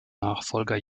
nachfolger